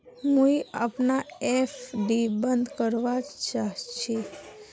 मुई अपना एफ.डी बंद करवा चहची